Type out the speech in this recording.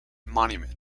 monument